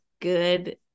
good